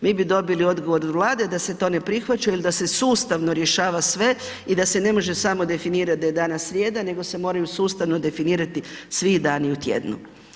Mi bi dobili odgovor od Vlade da se to ne prihvaća jer da se sustavno rješava sve i da se ne može samo definirati da je danas srijeda nego se moraju sustavno definirati svi dani u tjednu.